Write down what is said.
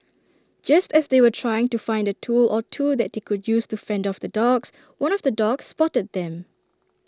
just as they were trying to find A tool or two that they could use to fend off the dogs one of the dogs spotted them